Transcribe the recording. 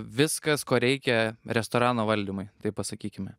viskas ko reikia restorano valdymui taip pasakykime